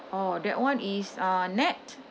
oh that [one] is uh nett